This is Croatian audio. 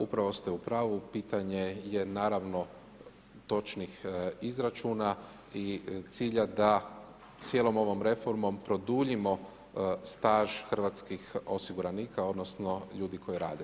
Upravo ste u pravu, pitanje je naravno, točnih izračuna i cilja da cijelom ovom reformom produljimo staž hrvatskih osiguranika, odnosno, ljudi koji rade.